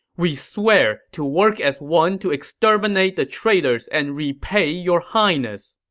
we swear to work as one to exterminate the traitors and repay your highness!